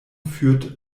führt